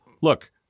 look